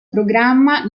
programma